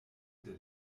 der